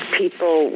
people